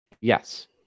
Yes